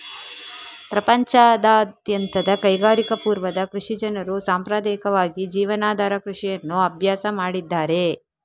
ಪ್ರಪಂಚದಾದ್ಯಂತದ ಕೈಗಾರಿಕಾ ಪೂರ್ವದ ಕೃಷಿ ಜನರು ಸಾಂಪ್ರದಾಯಿಕವಾಗಿ ಜೀವನಾಧಾರ ಕೃಷಿಯನ್ನು ಅಭ್ಯಾಸ ಮಾಡಿದ್ದಾರೆ